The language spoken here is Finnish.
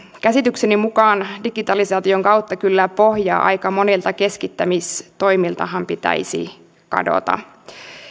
käsitykseni mukaan digitalisaation kautta kyllä pohjaa aika monilta keskittämistoimiltahan pitäisi kadota